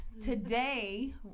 today